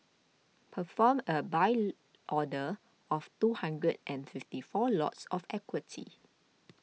perform a buy order of two hundred and fifty four lots of equity